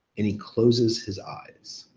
and he closes his eyes.